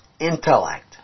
intellect